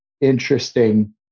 interesting